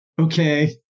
okay